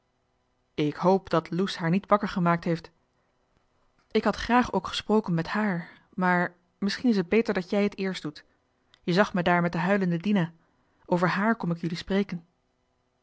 ik hoop dat loes haar niet wakker gemaakt heeft ik had graag ook gesproken met haar maar misschien is het beter dat jij het eerst doet je zag me daar met de huilende dina over haar kom ik jullie spreken